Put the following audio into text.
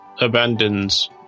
Abandons